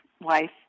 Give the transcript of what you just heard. wife